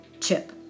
Chip